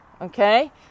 okay